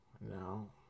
no